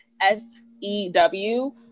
S-E-W